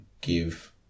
give